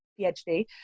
PhD